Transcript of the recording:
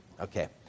Okay